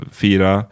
fira